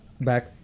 back